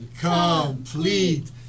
Complete